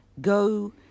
go